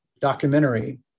documentary